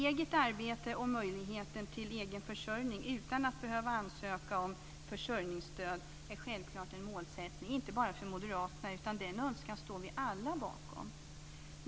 Eget arbete och möjlighet till egen försörjning utan att behöva ansöka om försörjningsstöd är självklart en målsättning inte bara för moderaterna. Den önskan står vi alla bakom.